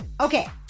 Okay